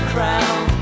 Crown